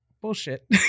bullshit